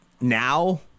now